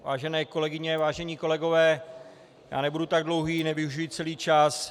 Vážené kolegyně, vážení kolegové, já nebudu tak dlouhý, nevyužiji celý čas.